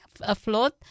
afloat